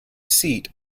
seat